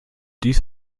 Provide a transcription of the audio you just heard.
dies